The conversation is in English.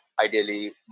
ideally